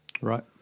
Right